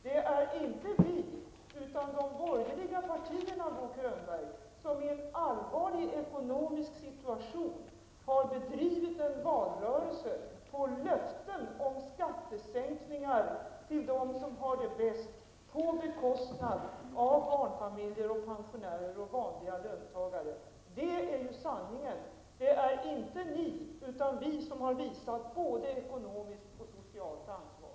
Det är inte vi, utan de borgerliga partierna, Bo Könberg, som i en allvarlig ekonomisk situation har bedrivit en valrörelse på löften om skattesänkningar till dem som har det bäst på bekostnad av barnfamiljer, pensionärer och vanliga löntagare. Det är sanningen. Det är inte ni, utan vi som har visat både ekonomiskt och socialt ansvar.